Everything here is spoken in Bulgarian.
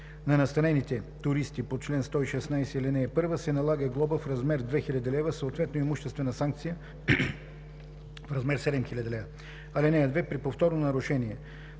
на настанените туристи по чл. 116, ал. 1, се налага глоба в размер 2000 лв., съответно имуществена санкция в размер 7000 лв. (2) При повторно нарушение